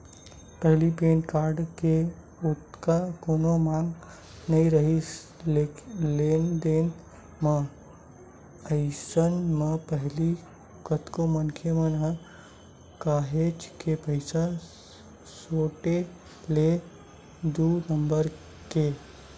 पहिली PAN card के ओतका कोनो मांग नइ राहय लेन देन म, अइसन म पहिली कतको मनखे मन ह काहेच के पइसा सोटे हे दू नंबर के